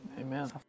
Amen